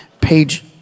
page